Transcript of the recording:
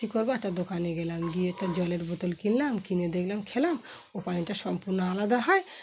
কী করবো একটা দোকানে গেলাম গিয়ে একটা জলের বোতল কিনলাম কিনে দেখলাম খেলাম ও পানিটা সম্পূর্ণ আলাদা হয়